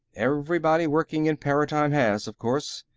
everybody working in paratime has, of course.